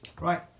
Right